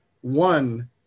one